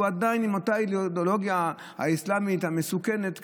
הוא עדיין עם אותה אידיאולוגיה אסלאמית מסוכנת.